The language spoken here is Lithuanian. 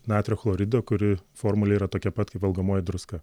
natrio chlorido kuri formulė yra tokia pat kaip valgomoji druska